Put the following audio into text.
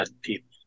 people